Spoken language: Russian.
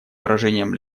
выражением